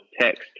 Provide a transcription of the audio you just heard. text